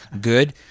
good